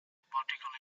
political